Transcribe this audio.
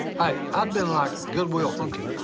hey, i'da been like good will hunting.